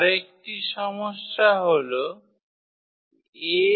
আর একটি সমস্যা হল এই